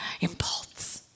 impulse